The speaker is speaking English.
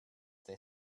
they